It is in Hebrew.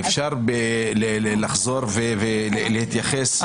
אפשר לחזור ולהתייחס